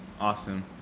Awesome